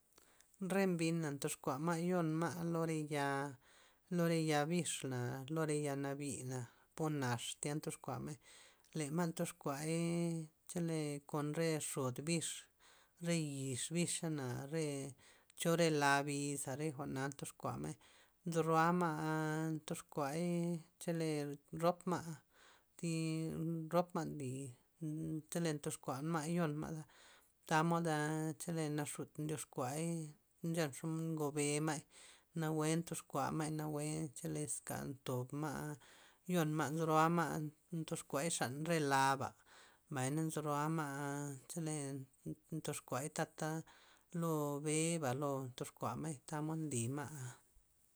Re mbina ndox kua ma' yon ma' nore ya', nura re xa bixna', nura ya' nabi'na, po nax tya ndoxkua ma', le ma' ndoxku'ay chole kon re xod bix, re yix bixana're cho re la biza, re jwa'na ndox kuama'y, nzo ro'a ma' ndox kuay chele rop ma' thi rop ma' chole ndox kua ma'y yion ma'za tamod chele naxud ndyox kuay na nchenta xomod ngobi' ma'y nawue ndiox kua ma'y nawue choleska tob ma' yon ma', nzo ro'a ma' ndox kuay xan re la'ba, mbay na nzo ro'a ma' chele ndox kuay tata lo be'ba lon dox ku'a may tamod nly ma'.